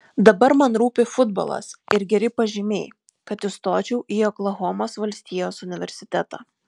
dabar man rūpi futbolas ir geri pažymiai kad įstočiau į oklahomos valstijos universitetą